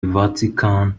vatican